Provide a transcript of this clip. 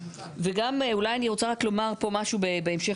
וגם אולי אני רוצה רק לומר פה משהו בהמשך